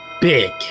big